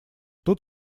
тут